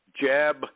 jab